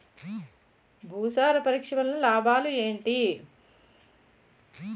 భూసార పరీక్ష వలన లాభాలు ఏంటి?